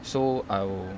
so I will